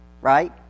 right